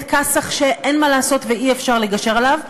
כאסח שאין מה לעשות ואי-אפשר לגשר עליו,